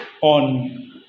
on